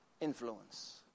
influence